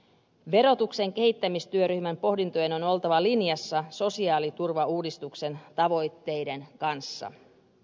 verotuksen kehittämistyöryhmän pohdintojen on oltava linjassa sosiaaliturvauudistuksen tavoitteiden kanssa